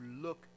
look